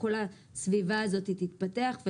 כל הסביבה הזאת תתפתח.